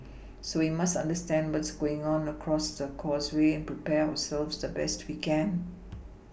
so we must understand what's going on across the causeway prepare ourselves the best we can